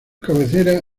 cabecera